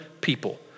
people